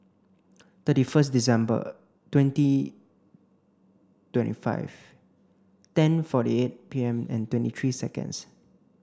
thirty first December twenty twenty five ten forty eight P M and twenty three seconds